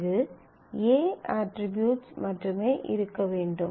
அங்கு A attributes மட்டுமே இருக்க வேண்டும்